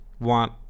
want